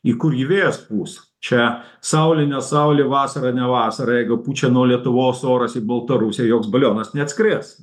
į kur jį vėjas pūs čia saulė ne saulė vasara ne vasara jeigu pučia nuo lietuvos oras į baltarusiją joks balionas neatskris